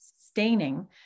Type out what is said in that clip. staining